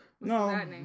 No